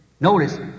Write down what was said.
Notice